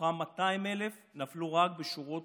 מתוכם 200,000 נפלו רק בשורות